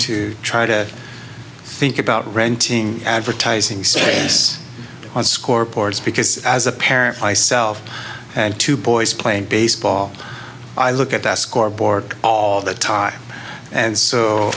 to try to think about renting advertising space on scoreboards because as a parent myself and two boys playing baseball i look at that scoreboard all the time and